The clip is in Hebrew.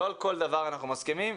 לא על כל דבר אנחנו מסכימים,